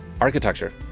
Architecture